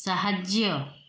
ସାହାଯ୍ୟ